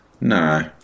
no